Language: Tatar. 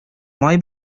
май